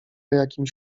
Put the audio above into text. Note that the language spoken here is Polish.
jakimś